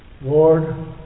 Lord